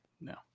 No